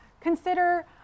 Consider